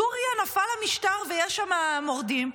בסוריה נפל המשטר ויש שם מורדים,